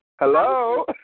Hello